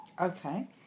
Okay